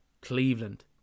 cleveland